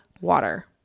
water